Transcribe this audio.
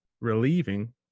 relieving